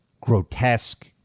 grotesque